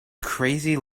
crazy